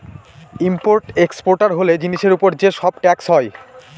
import exporter হলে জিনিসের উপর যে সব ট্যাক্স হয়